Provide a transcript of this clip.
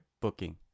booking